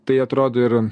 tai atrodo ir